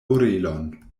orelon